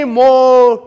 more